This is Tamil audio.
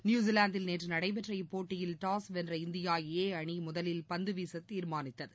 நியுசிலாந்தில் நேற்று நடைபெற்ற இப்போட்டியில் டாஸ் வென்ற இந்தியா ஏ அணி முதலில் பந்து வீச தீர்மானித்தது